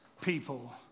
people